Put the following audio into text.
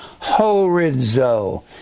Horizo